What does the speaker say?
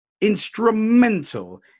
instrumental